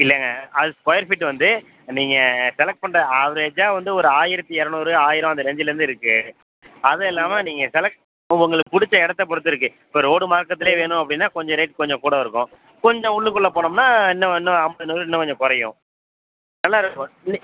இல்லைங்க அது square feet வந்து நீங்கள் செலக்ட் பண்ணுற ஆவ்ரேஜ்ஜா வந்து ஒரு ஆயிரத்தி இரநூறு ஆயிரம் அந்த ரேஞ்சுலந்து இருக்குது அது இல்லாமல் நீங்கள் செலக்ட் உங்களுக்கு பிடிச்ச இடத்த பொறுத்து இருக்குது இப்போ ரோடும் பக்கத்துலேயே வேணும் அப்படின்னா கொஞ்சம் ரேட்டு கொஞ்சம் கூட இருக்கும் கொஞ்சம் உள்ளுக்குள்ளே போனோம்னா இன்னும் இன்னும் ஐம்பது நூறு இன்னும் கொஞ்சம் குறையும் நல்லாயிருக்கும் நீ